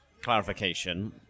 clarification